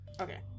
Okay